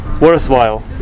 worthwhile